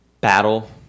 battle